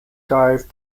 dive